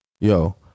Yo